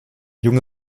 junge